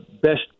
Best